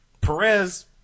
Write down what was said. Perez